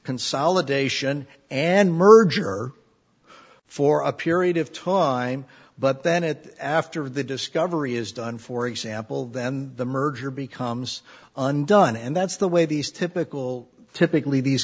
consolidation and merger for a period of top line but then it after the discovery is done for example then the merger becomes undone and that's the way these typical typically these